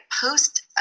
post